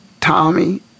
Tommy